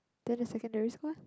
then the secondary school eh